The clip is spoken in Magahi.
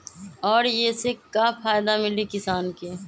और ये से का फायदा मिली किसान के?